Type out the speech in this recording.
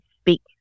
speak